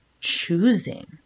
choosing